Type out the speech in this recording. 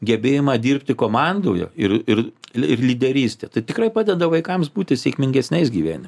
gebėjimą dirbti komandoje ir lyderystę tai tikrai padeda vaikams būti sėkmingesniais gyvenime